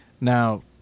Now